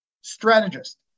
Strategist